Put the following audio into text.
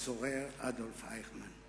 הצורר אדולף אייכמן.